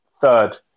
third